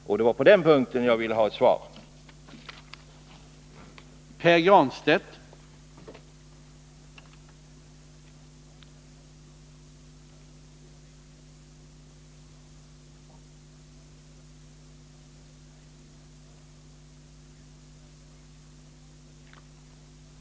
Min fråga gällde vilken uppfattning kommunikationsministern har på den punkten.